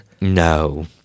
No